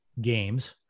games